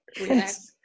yes